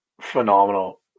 phenomenal